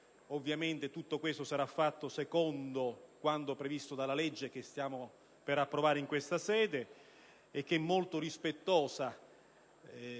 Ovviamente, a questo si arriverà secondo quanto previsto dalla legge che stiamo per approvare in questa sede, che è molto rispettosa